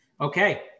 Okay